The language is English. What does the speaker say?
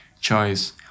choice